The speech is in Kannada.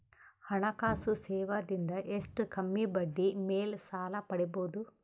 ಹಣಕಾಸು ಸೇವಾ ದಿಂದ ಎಷ್ಟ ಕಮ್ಮಿಬಡ್ಡಿ ಮೇಲ್ ಸಾಲ ಪಡಿಬೋದ?